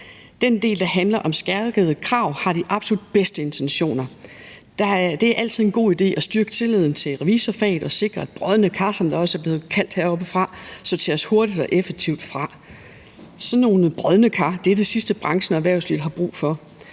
Den del, der handler om skærpede krav, har de absolut bedste intentioner. Det er altid en god idé at styrke tilliden til revisorfaget og sikre, at de brodne kar, som de også er blevet kaldt heroppefra, sorteres hurtigt og effektivt fra. Sådan nogle brodne kar er det sidste, branchen og erhvervslivet har brug for.